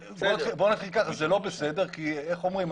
בוא נתחיל ככה, זה לא בסדר, כי איך אומרים?